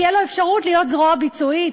תהיה לו אפשרות להיות זרוע ביצועית.